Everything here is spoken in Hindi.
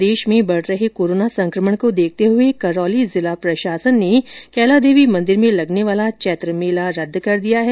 प्रदेश में बढ रहे कोरोना संकमण को लेकर करौली जिला प्रशासन ने कैला देवी मंदिर में लगने वाला चैत्र मेला रद्द कर दिया है